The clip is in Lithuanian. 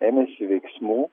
ėmėsi veiksmų